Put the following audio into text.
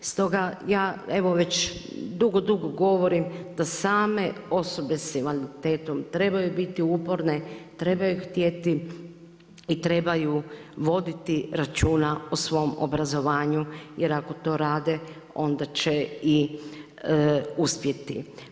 Stoga ja evo već dugo, dugo govorim da same osobe s invaliditetom trebaju biti uporne, trebaju htjeti i trebaju voditi računa o svom obrazovanju jer ako to rade onda će uspjeti.